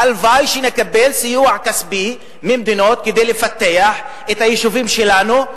הלוואי שנקבל סיוע כספי ממדינות כדי לפתח את היישובים שלנו,